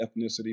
ethnicity